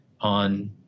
on